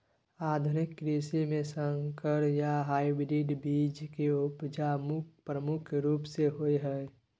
आधुनिक कृषि में संकर या हाइब्रिड बीज के उपजा प्रमुख रूप से होय हय